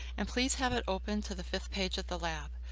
and please have it open to the fifth page of the lab.